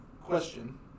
Question